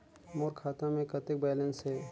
मोर खाता मे कतेक बैलेंस हे?